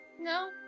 No